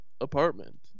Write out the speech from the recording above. apartment